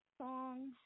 Song